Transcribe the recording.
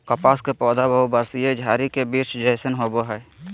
कपास के पौधा बहुवर्षीय झारी के वृक्ष जैसन होबो हइ